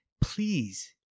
please